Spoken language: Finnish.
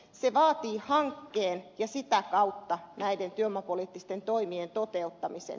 se vaatii hankkeen ja sitä kautta näiden työvoimapoliittisten toimien toteuttamisen